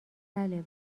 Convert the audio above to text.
بله